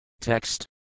Text